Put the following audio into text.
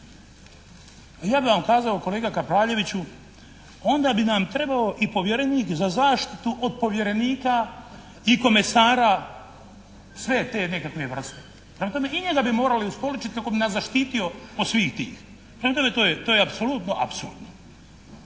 ja bih vam kazao kolega Kapraljeviću, onda bi nam trebao i povjerenik za zaštitu od povjerenika i komesara sve te nekakve vrste. Prema tome i njega bi morali ustoličiti kako bi nas zaštitio od svih tih. Prema tome, to je apsolutno apsurdno.